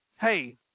Hey